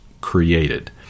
created